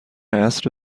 عصر